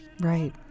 right